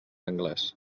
anglès